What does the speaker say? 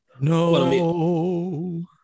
No